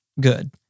good